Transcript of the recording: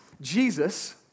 Jesus